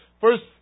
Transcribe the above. First